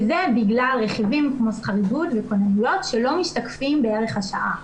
וזה בגלל רכיבים כמו שכר עידוד וכוננויות שלא משתקפים בערך השעה.